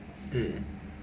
mm